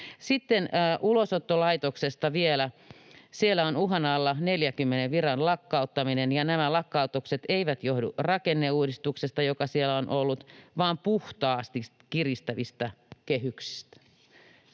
Sitten Ulosottolaitoksesta vielä: Siellä on uhan alla 40 viran lakkauttaminen, ja nämä lakkautukset eivät johdu rakenneuudistuksesta, joka siellä on ollut, vaan puhtaasti kiristyvistä kehyksistä.